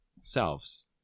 selves